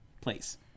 place